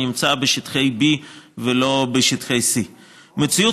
שנמצא בשטחי B ולא בשטחי C. מציאות